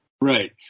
Right